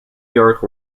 york